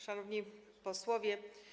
Szanowni Posłowie!